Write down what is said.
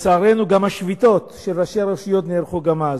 לצערנו השביתות של ראשי הרשויות נערכו גם אז.